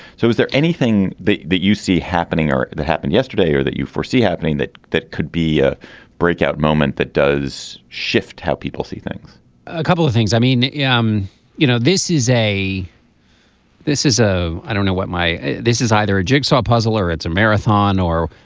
so was there anything that you see happening or that happened yesterday or that you foresee happening that that could be a breakout moment that does shift how people see things a couple of things i mean yeah um you know this is a this is a i don't know what my this is either a jigsaw puzzle or it's a marathon or.